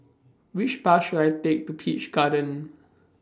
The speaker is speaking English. Which Bus should I Take to Peach Garden